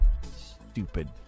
Stupid